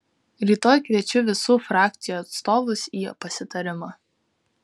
rytoj kviečiu visų frakcijų atstovus į pasitarimą